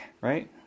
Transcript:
right